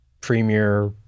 premier